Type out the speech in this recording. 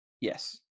Yes